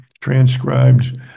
transcribed